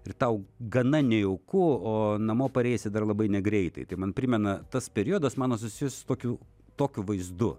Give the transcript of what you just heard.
ir tau gana nejauku o namo pareisi dar labai negreitai tai man primena tas periodas mano asocijuojasi su tokiu tokiu vaizdu